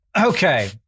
Okay